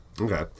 Okay